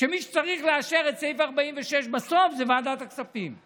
שמי שצריך לאשר את סעיף 46 בסוף זה ועדת הכספים.